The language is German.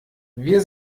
wir